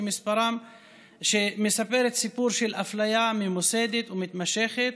שמספר סיפור של אפליה ממוסדת ומתמשכת: